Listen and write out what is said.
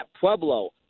Pueblo